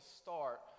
start